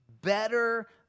Better